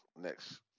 Next